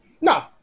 No